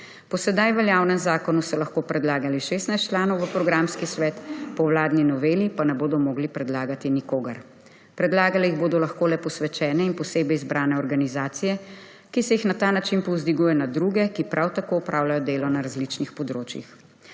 Po sedaj veljavnem zakonu so lahko predlagali 16 članov v programski svet, po vladni noveli pa ne bodo mogli predlagati nikogar. Predlagale jih bodo lahko le posvečene in posebej izbrane organizacije, ki se jih na ta način povzdiguje nad druge, ki prav tako opravljajo delo na različnih področjih.